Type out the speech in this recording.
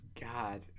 God